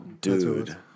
Dude